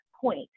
point